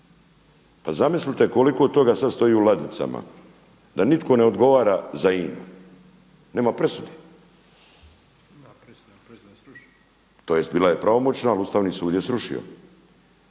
Pa zamislite koliko od toga sada stoji u ladicama, da nitko ne odgovara za INA-u. Nema presude. /Upadica iz klupe./… Tj. bila je pravomoćna, ali Ustavni sud je srušio.